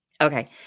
Okay